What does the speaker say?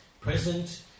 present